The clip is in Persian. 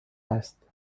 است